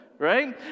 Right